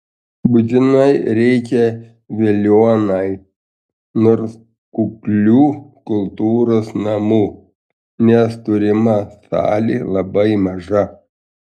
būtinai reikia veliuonai nors kuklių kultūros namų nes turima salė labai maža